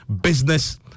Business